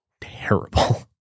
Terrible